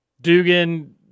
Dugan